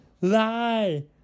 lie